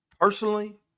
Personally